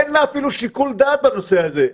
אין לה אפילו שיקול דעת בנושא הזה.